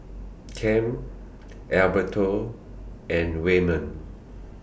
Kem Alberto and Wayman